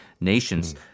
nations